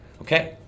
Okay